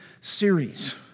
series